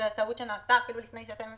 הטעות הזאת תתוקן.